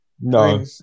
No